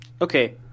Okay